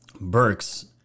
Burks